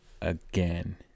again